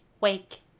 wake